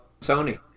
Sony